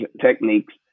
techniques